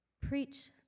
preach